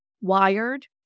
wired